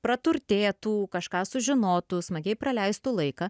praturtėtų kažką sužinotų smagiai praleistų laiką